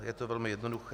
Je to velmi jednoduché.